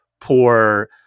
poor